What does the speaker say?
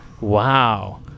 Wow